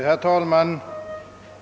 Herr talman!